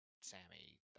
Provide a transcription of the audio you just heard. Sammy